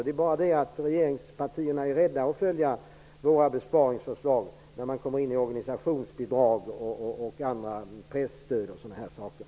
Det är bara det att regeringspartierna är rädda för att följa våra besparingsförslag när det gäller organisationsbidrag, presstöd osv.